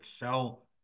excel